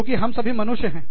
क्योंकि हम सभी मनुष्य हैं